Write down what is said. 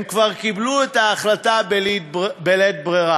הם כבר קיבלו את ההחלטה בלית ברירה.